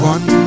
One